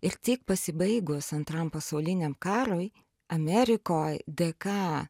ir tik pasibaigus antram pasauliniam karui amerikoj dėka